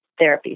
therapies